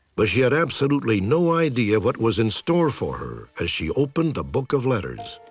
but she had absolutely no idea what was in store for her as she opened the book of letters.